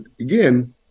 again